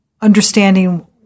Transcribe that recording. understanding